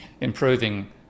improving